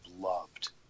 loved